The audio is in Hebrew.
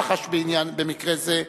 מח"ש במקרה זה,